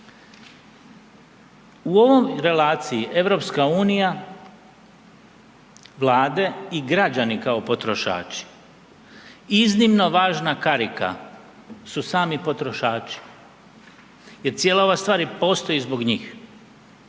U ovoj relaciji EU, vlade i građani kao potrošači iznimno važna karika su sami potrošači jer cijela ova stvar i postoji zbog njih.